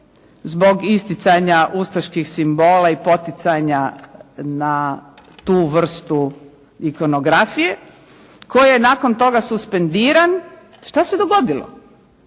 zbog isticanja ustaških simbola i poticanja na tu vrstu ikonografija koji je nakon toga suspendiran. Što se dogodilo?